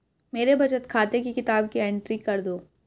मेरे बचत खाते की किताब की एंट्री कर दो?